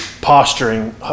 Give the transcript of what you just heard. posturing